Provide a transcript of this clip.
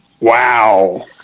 Wow